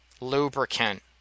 lubricant